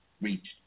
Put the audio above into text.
reached